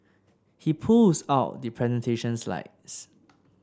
he pulls out the presentation slides